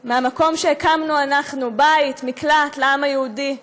מהמקום שבו הקמנו אנחנו בית, מקלט לעם היהודי,